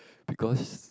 because